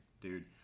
Dude